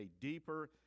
deeper